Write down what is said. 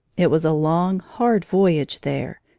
it was a long, hard voyage there,